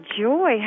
joy